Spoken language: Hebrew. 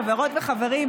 חברות וחברים,